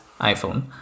iPhone